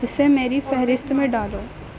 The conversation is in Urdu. اسے میری فہرست میں ڈالو